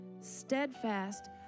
steadfast